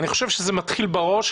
אני חושב שזה מתחיל בראש,